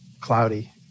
cloudy